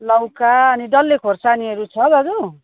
लौका अनि डल्ले खोर्सानीहरू छ दाजु